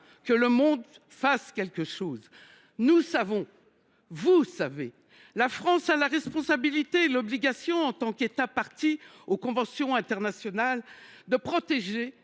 que le monde fasse quelque chose. » Nous savons ! Vous savez ! La France a la responsabilité et l’obligation, en tant qu’État partie aux conventions internationales, de protéger